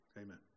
Amen